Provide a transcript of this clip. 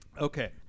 okay